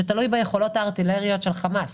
שתלוי ביכולות הארטילריה של חמאס.